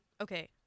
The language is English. Okay